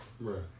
Right